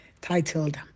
titled